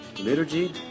liturgy